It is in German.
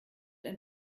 ein